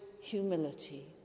humility